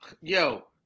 Yo